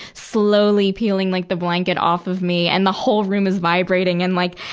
slowly peeling like the blanket off of me. and the whole room is vibrating. and like,